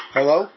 Hello